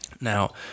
Now